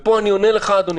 פה אני עונה לך, אדוני